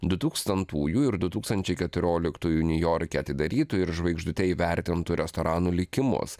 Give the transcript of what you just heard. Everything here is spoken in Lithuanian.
dutūkstantųjų ir du tūkstančiai keturioliktųjų niujorke atidarytų ir žvaigždute įvertintų restoranų likimus